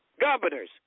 governors